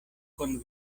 kun